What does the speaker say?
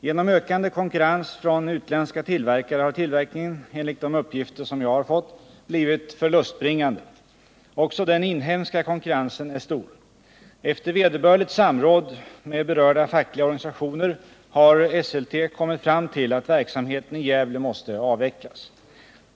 Genom ökande konkurrens från utländska tillverkare har tillverkningen — enligt de uppgifter jag har fått — blivit förlustbringande. Också den inhemska konkurrensen är stor. Efter vederbörligt samråd med berörda fackliga organisationer har Esselte kommit fram till att verksamheten i Gävle måste avvecklas.